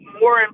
more